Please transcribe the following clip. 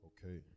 Okay